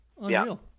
unreal